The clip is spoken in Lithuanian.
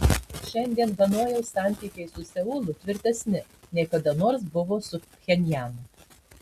šiandien hanojaus santykiai su seulu tvirtesni nei kada nors buvo su pchenjanu